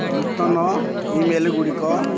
ନୂତନ ଇମେଲଗୁଡ଼ିକ